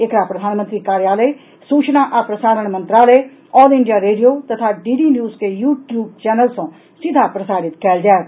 एकरा प्रधानमंत्री कार्यालय सूचना आ प्रसारण मंत्रालय ऑल इंडिया रेडिया तथा डीडी न्यूज के यू ट्यूब चैनल सँ सीधा प्रसारित कयल जायत